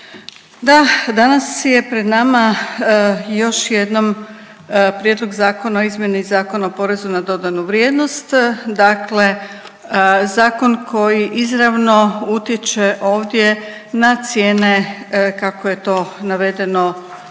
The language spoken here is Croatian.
Da, danas je pred nama još jednom Prijedlog zakona o izmjeni Zakona o porezu na dodanu vrijednost, dakle zakon koji izravno utječe ovdje na cijene kako je to navedeno